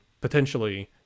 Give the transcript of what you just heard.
potentially